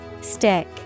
Stick